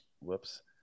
Whoops